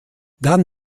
dann